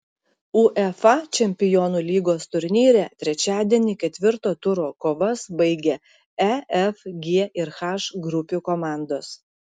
uefa čempionų lygos turnyre trečiadienį ketvirto turo kovas baigė e f g ir h grupių komandos